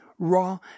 Raw